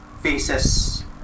faces